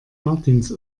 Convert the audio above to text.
martins